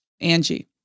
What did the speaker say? Angie